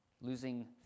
losing